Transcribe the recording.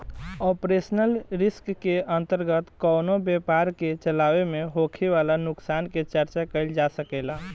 operational risk के अंतर्गत कवनो व्यपार के चलावे में होखे वाला नुकसान के चर्चा कईल जा सकेला